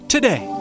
Today